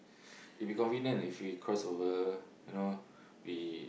it will be convenient if we crossover you know we